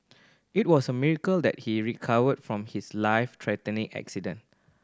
it was a miracle that he recovered from his life threatening accident